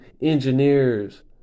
engineers